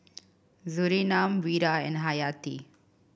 Surinam Wira and Hayati